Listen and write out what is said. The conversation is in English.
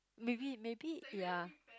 maybe maybe you are